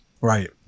Right